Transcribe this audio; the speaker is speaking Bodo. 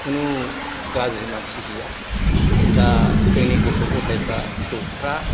खुनु गाज्रि मानसि गैया दा जोंनि गथ' गथायफ्रा फिसौफ्रा